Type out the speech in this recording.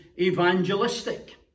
evangelistic